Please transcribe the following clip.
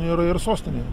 ir ir sostinėje